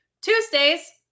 Tuesdays